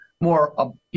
more